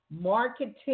marketing